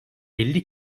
elli